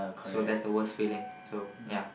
so that's the worst feeling so ya